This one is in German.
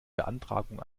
beantragung